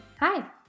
hi